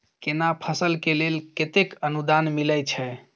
केना फसल के लेल केतेक अनुदान मिलै छै?